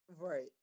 Right